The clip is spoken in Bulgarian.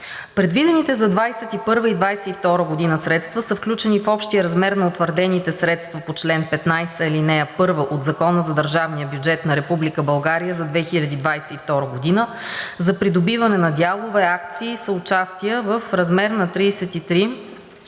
Предвидените за 2021 г. и 2022 г. средства са включени в общия размер на утвърдените средства по чл. 15, ал. 1 от Закона за държавния бюджет на Република България за 2022 г. за придобиване на дялове, акции и съучастия в размер на 33